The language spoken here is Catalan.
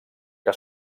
que